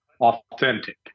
authentic